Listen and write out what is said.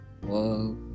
Whoa